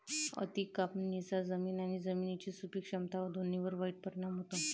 अति कापणीचा जमीन आणि जमिनीची सुपीक क्षमता या दोन्हींवर वाईट परिणाम होतो